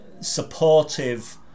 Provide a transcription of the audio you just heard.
supportive